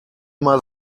immer